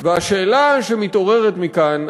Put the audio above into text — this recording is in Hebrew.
והשאלה שמתעוררת מכאן,